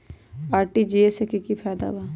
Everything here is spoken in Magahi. आर.टी.जी.एस से की की फायदा बा?